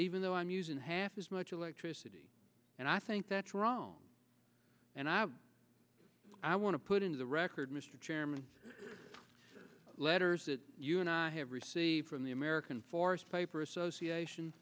even though i'm using half as much electricity and i think that's wrong and i i want to put into the record mr chairman the letters that you and i have received from the american force paper association